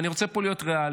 ואני רוצה פה להיות ריאלי,